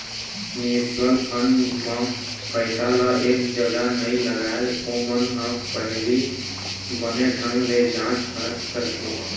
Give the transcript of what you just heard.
mutual fund म पइसा ल एक जगा नइ लगाय, ओमन ह पहिली बने ढंग ले जाँच परख करथे